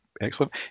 excellent